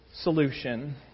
solution